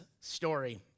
story